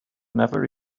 never